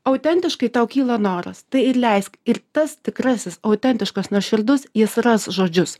autentiškai tau kyla noras tai ir leisk ir tas tikrasis autentiškas nuoširdus jis ras žodžius